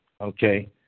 Okay